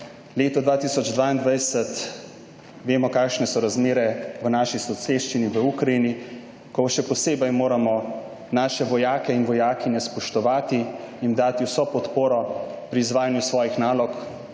letu 2022 vemo kakšne so razmere v naši soseščini, v Ukrajini, ko še posebej moramo naše vojake in vojakinje spoštovati, jim dati vso podporo pri izvajanju svojih nalog.